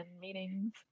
meetings